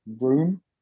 room